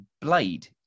Blade